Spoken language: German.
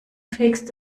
fegst